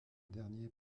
derniers